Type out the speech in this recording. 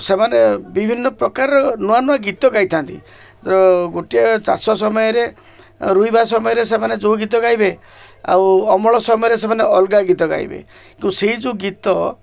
ସେମାନେ ବିଭିନ୍ନ ପ୍ରକାରର ନୂଆ ନୂଆ ଗୀତ ଗାଇଥାନ୍ତି ଗୋଟିଏ ଚାଷ ସମୟରେ ରୁବା ସମୟରେ ସେମାନେ ଯୋଉ ଗୀତ ଗାଇବେ ଆଉ ଅମଳ ସମୟରେ ସେମାନେ ଅଲଗା ଗୀତ ଗାଇବେ କିନ୍ତୁ ସେଇ ଯୋଉ ଗୀତ